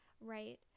right